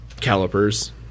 calipers